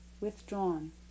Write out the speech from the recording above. withdrawn